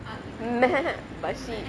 vasi